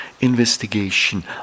investigation